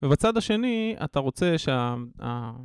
ובצד השני, אתה רוצה שה...